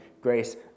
grace